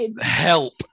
Help